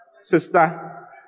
sister